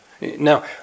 Now